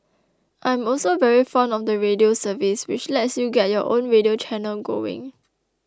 I am also very fond of the Radio service which lets you get your own radio channel going